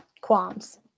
Qualms